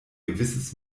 gewisses